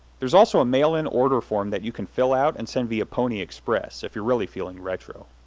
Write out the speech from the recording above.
there's also a mail-in order form that you can fill out and send via pony express, if you're really feeling retro.